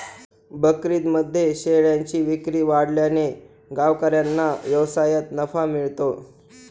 बकरीदमध्ये शेळ्यांची विक्री वाढल्याने गावकऱ्यांना व्यवसायात नफा मिळतो